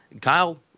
Kyle